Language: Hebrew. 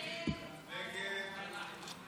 הסתייגות 7 לא